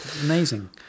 amazing